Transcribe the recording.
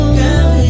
girl